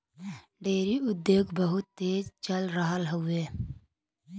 dairy उद्योग बहुत तेज चल रहल हउवे